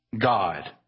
God